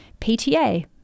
PTA